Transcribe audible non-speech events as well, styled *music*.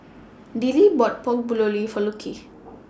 Dillie bought Pork *unintelligible* For Luki